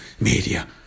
media